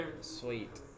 Sweet